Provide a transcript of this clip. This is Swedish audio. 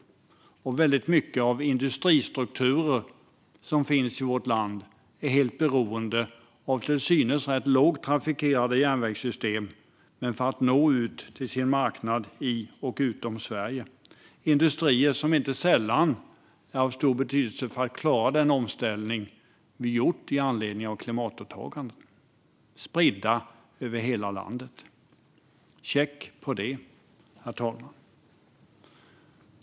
Väldigt mycket av de industristrukturer som finns i vårt land är helt beroende av till synes rätt lågt trafikerade järnvägssystem för att nå ut till sin marknad i och utom Sverige. Dessa industrier är inte sällan av stor betydelse för att vi ska klara den omställning vi gjort med anledning av klimatåtaganden, och de är spridda över hela landet. Check på det, herr talman!